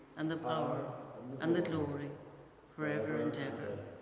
and the power and the glory forever and ever.